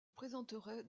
présenterait